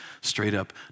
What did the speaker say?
straight-up